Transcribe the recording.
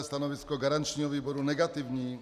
Stanovisko garančního výboru negativní.